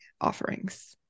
offerings